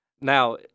Now